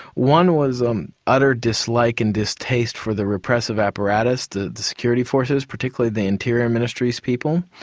one was um utter dislike and distaste for the repressive apparatus, the the security forces, particularly the interior ministry's people.